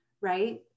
right